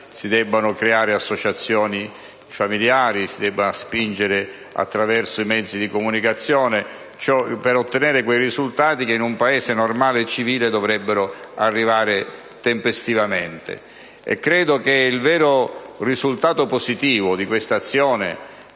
si debbano creare associazioni di familiari e si debba spingere attraverso i mezzi di comunicazione. E questo per ottenere risultati che in un Paese civile dovrebbero arrivare tempestivamente. Credo che il vero risultato positivo di questa azione